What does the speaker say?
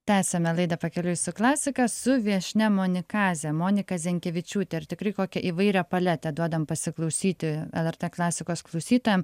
tęsiame laidą pakeliui su klasika su viešnia monikaze monika zenkevičiūtė ir tikrai kokią įvairią paletę duodam pasiklausyti lrt klasikos klausytojam